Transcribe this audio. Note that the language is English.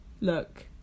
Look